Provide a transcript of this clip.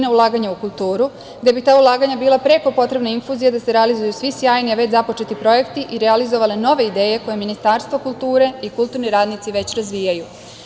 Ta ulaganja bi bila preko potrebna infuzija da se realizuju svi sjajni već započeti projekti i realizovale nove ideje koje Ministarstvo kulture i kulturni radnici već razvijaju.